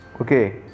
Okay